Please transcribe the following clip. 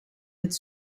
met